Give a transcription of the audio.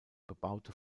bebaute